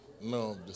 no